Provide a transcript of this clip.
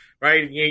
right